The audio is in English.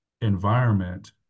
environment